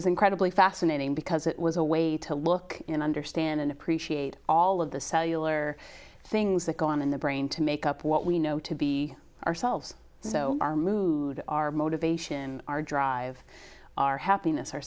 was incredibly fascinating because it was a way to look and understand and appreciate all of the cellular things that go on in the brain to make up what we know to be ourselves so our mood our motivation our drive our happiness or